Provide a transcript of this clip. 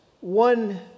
one